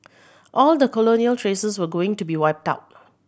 all the colonial traces were going to be wiped out